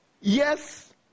yes